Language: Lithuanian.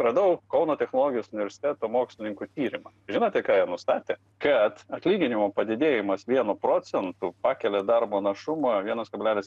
radau kauno technologijos universiteto mokslininkų tyrimą žinote ką jie nustatė kad atlyginimų padidėjimas vienu procentu pakelia darbo našumą vienas kablelis